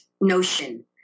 notion